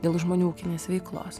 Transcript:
dėl žmonių ūkinės veiklos